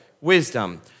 wisdom